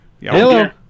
Hello